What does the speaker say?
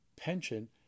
pension